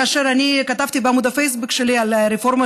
כאשר אני כתבתי בעמוד הפייסבוק שלי על רפורמה